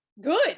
Good